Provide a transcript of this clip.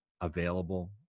available